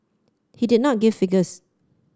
he did not give figures